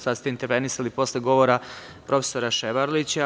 Sada ste intervenisali posle govora profesora Ševarlića.